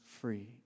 free